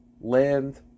land